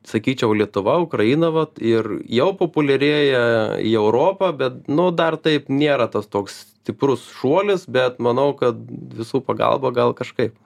sakyčiau lietuva ukraina vat ir jau populiarėja į europą bet nu dar taip nėra tas toks stiprus šuolis bet manau kad visų pagalba gal kažkaip